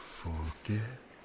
forget